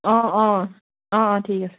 অঁ অঁ অঁ অঁ ঠিক আছে